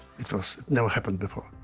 it was never happened before.